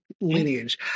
lineage